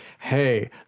hey